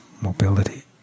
mobility